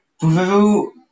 Pouvez-vous